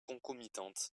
concomitantes